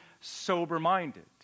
sober-minded